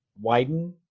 widen